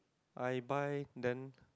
I buy then